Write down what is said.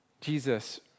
Jesus